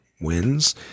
wins